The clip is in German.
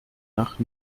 nach